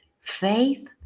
Faith